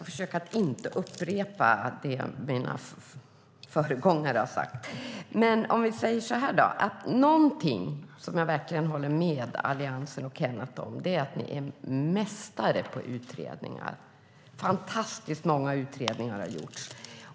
Fru talman! Någonting som jag verkligen håller med Alliansen och Kenneth Johansson om är att ni är mästare på utredningar. Fantastiskt många utredningar har gjorts.